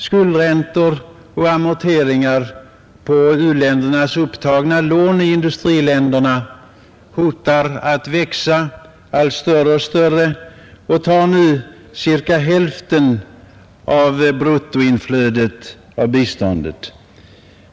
Skuldräntor och amorteringar på de lån som u-länderna tagit upp i industriländerna växer hotfullt alltmer och tar nu cirka hälften av bruttoinflödet av bistånd.